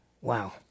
Wow